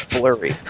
blurry